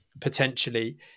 potentially